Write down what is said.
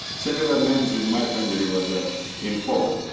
similar names in my family were there in poland.